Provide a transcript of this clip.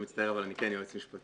אני מצטער, אבל אני כן יועץ משפטי.